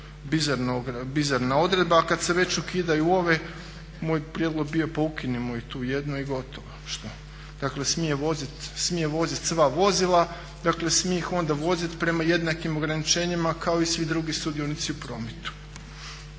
bizarna odredba. A kada se već ukidaju ove moj prijedlog je bio pa ukinimo i tu jednu i gotovo. Dakle smije voziti sva vozila, dakle smije ih onda voziti prema jednakim ograničenjima kao i svi drugi sudionici u prometu.